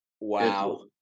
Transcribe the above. Wow